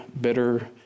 bitter